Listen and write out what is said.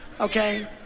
okay